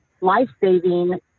life-saving